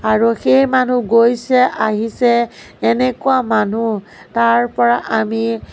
আৰু সেই মানুহ গৈছে আহিছে এনেকুৱা মানুহ তাৰপৰা আমি